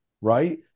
right